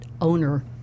owner